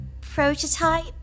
prototype